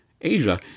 Asia